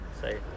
say